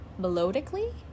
melodically